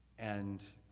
and